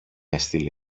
έστειλε